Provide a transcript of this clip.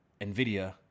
NVIDIA